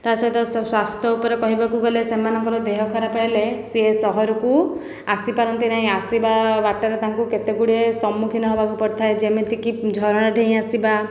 ତା'ସହିତ ସ୍ଵାସ୍ଥ ଉପରେ କହିବାକୁ ଗଲେ ସେମାଙ୍କର ଦେହ ଖରାପ ହେଲେ ସେ ସହରକୁ ଆସିପାରନ୍ତି ନାହିଁ ଆସିବା ବାଟରେ ତାଙ୍କୁ କେତେ ଗୁଡ଼ିଏ ସମ୍ମୁଖୀନ ହେବାକୁ ପଡ଼ିଥାଏ ଯେମିତିକି ଝରଣା ଡେଇଁ ଆସିବା